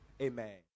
amen